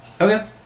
Okay